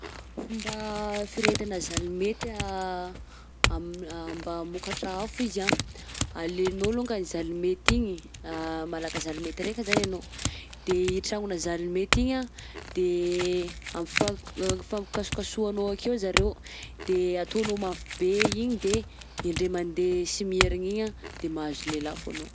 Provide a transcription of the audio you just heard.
Fomba firehetana zalimety anh am- mba hamokatra afo izy anh, alainao longany zalimety igny malaka zalimety raika zany ianao de i tragnonà zalimety igny anh de ampifak- ampifampisakosakohanao akeo zareo, de ataonao mafy be igny de indray mandeha sy mierigna igny anh de mahazo lelafo anao.